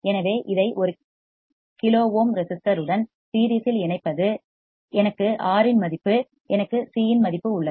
எனவே இதை ஒரு கிலோ ஓம் ரெசிஸ்டர் உடன் சீரிஸ் இல் இணைப்பது எனக்கு R இன் மதிப்பு எனக்கு C மதிப்பு உள்ளது